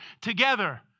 together